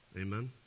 Amen